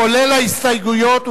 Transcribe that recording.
כולל ההסתייגויות,